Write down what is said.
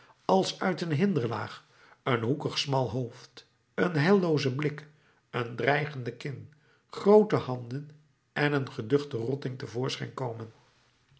als uit een hinderlaag een hoekig smal hoofd een heilloozen blik een dreigende kin groote handen en een geduchten rotting te voorschijn komen